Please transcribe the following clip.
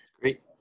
great